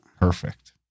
Perfect